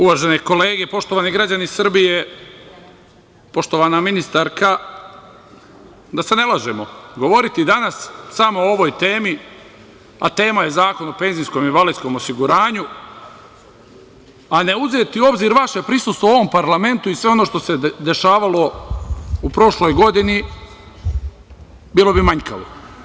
Uvažene kolege, poštovani građani Srbije, poštovana ministarka, da se ne lažemo, govoriti danas samo o ovoj temi, a tema je Zakon o PIO, a ne uzeti u obzir vaše prisustvo u ovom parlamentu i sve ono što se dešavalo u prošloj godini, bilo bi manjkavo.